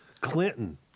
Clinton